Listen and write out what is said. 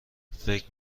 فکر